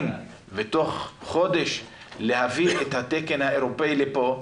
בתוך חודש להביא את התקן האירופאי לפה,